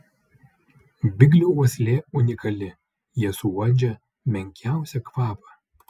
biglių uoslė unikali jie suuodžia menkiausią kvapą